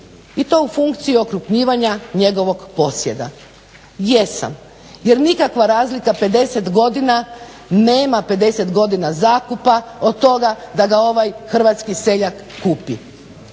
i to u funkciji okrupnjivanja njegovog posjeda. Jesam, jer nikakva razlika 50 godina, nema 50 godina zakupa od toga da ga ovaj hrvatski seljak kupi.